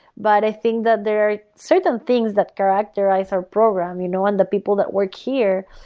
but i think that there are certain things that characterize our program you know and the people that work here.